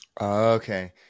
Okay